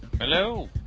Hello